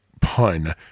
pun